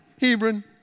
Hebron